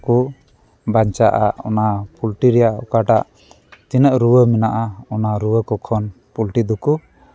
ᱠᱚ ᱵᱟᱧᱪᱟᱜᱼᱟ ᱚᱱᱟ ᱯᱚᱞᱴᱨᱤ ᱨᱮᱭᱟᱜ ᱚᱠᱟᱴᱟᱜ ᱛᱤᱱᱟᱹᱜ ᱨᱩᱣᱟᱹ ᱢᱮᱱᱟᱜᱼᱟ ᱚᱱᱟ ᱨᱩᱣᱟᱹ ᱠᱚ ᱠᱷᱚᱱ ᱯᱚᱞᱴᱨᱤ ᱫᱚᱠᱚ